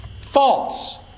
False